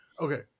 Okay